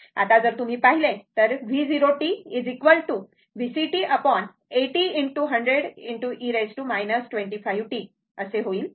आता जर तुम्ही पाहिले तर V0t VCt 80 ✕ 100 e 25t होईल